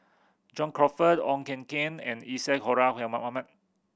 John Crawfurd Koh Eng Kian and Isadhora Mohamed